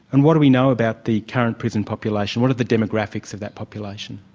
and what do we know about the current prison population? what are the demographics of that population?